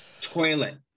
Toilet